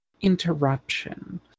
interruption